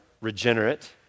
regenerate